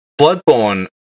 Bloodborne